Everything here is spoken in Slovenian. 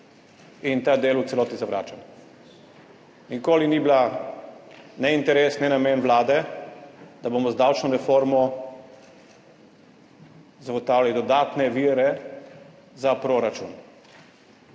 Ta del v celoti zavračam. Nikoli ni bil ne interes ne namen vlade, da bomo z davčno reformo zagotavljali dodatne vire za proračun.